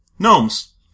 Gnomes